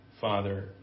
Father